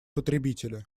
потребителя